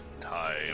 Time